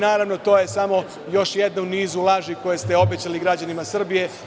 Naravno, to je samo još jedna u nizu laži koje ste obećali građanima Srbije.